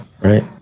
right